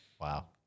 Wow